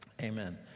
Amen